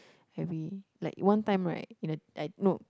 every like one time right in a d~ I no